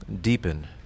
deepen